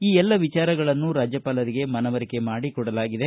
ಈ ವಿಚಾರಗಳನ್ನು ರಾಜ್ಯಪಾಲರಿಗೆ ಮನವರಿಕೆ ಮಾಡಿ ಕೊಡಲಾಗಿದೆ